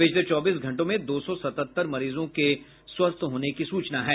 पिछले चौबीस घंटों में दो सौ सतहत्तर मरीजों के स्वस्थ हुये है